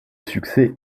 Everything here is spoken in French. succès